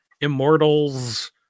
Immortals